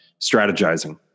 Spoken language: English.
strategizing